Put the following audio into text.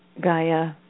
Gaia